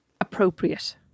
appropriate